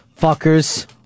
Fuckers